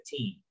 2015